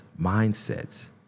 mindsets